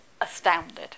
astounded